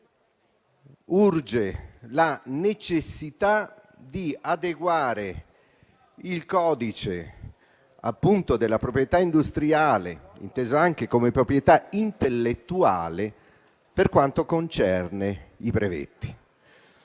urge la necessità di adeguare il codice della proprietà industriale, inteso anche come proprietà intellettuale (per quanto concerne i brevetti),